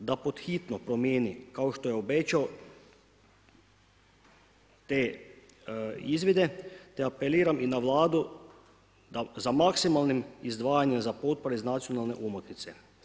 da pod hitno promijeni, kao što je obećao te izvide te apeliram i na Vladu da za maksimalnim izdvajanjem za potpore iz nacionalne omotnice.